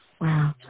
wow